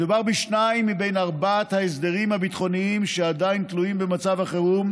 מדובר בשניים מארבעת ההסדרים הביטחוניים שעדיין תלויים במצב החירום,